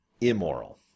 Immoral